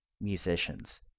musicians